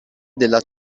della